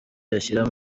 yashyira